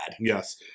Yes